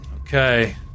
Okay